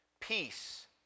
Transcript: Peace